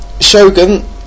Shogun